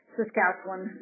Saskatchewan